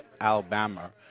Alabama